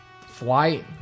Flight